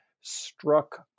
struck